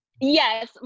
Yes